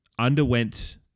underwent